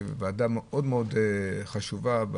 זו ועדה מאוד-מאוד חשובה,